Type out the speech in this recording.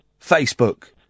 facebook